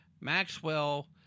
Maxwell